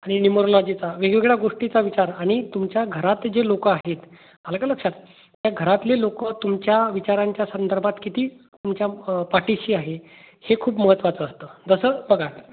आणि न्युमरोलॉजीचा वेगवेगळ्या गोष्टीचा विचार आणि तुमच्या घरात जे लोक आहेत आलं का लक्षात त्या घरातले लोक तुमच्या विचारांच्या संदर्भात किती तुमच्या पाठीशी आहे हे खूप महत्त्वाचं असतं जसं बघा